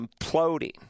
imploding